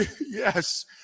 Yes